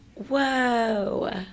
Whoa